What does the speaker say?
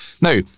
Now